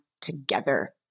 together